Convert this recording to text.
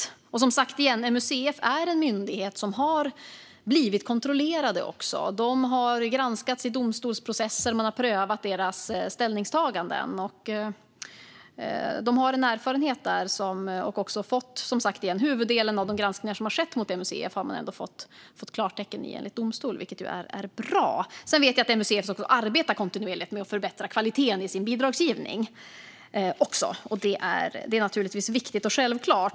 MUCF är som sagt en myndighet som har blivit kontrollerad. Den har granskats i domstolsprocesser, och man har prövat dess ställningstaganden. I huvuddelen av de granskningar som har skett mot MUCF har man ändå fått klartecken enligt domstol, vilket ju är bra. Jag vet att MUCF även arbetar kontinuerligt med att förbättra kvaliteten i sin bidragsgivning, och det är naturligtvis viktigt och självklart.